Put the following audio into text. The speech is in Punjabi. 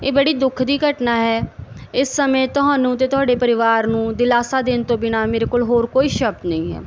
ਇਹ ਬੜੀ ਦੁੱਖ ਦੀ ਘਟਨਾ ਹੈ ਇਸ ਸਮੇਂ ਤੁਹਾਨੂੰ ਤੇ ਤੁਹਾਡੇ ਪਰਿਵਾਰ ਨੂੰ ਦਿਲਾਸਾ ਦੇਣ ਤੋਂ ਬਿਨਾਂ ਮੇਰੇ ਕੋਲ ਹੋਰ ਕੋਈ ਸ਼ਬਦ ਨਹੀਂ ਹੈ